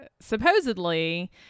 supposedly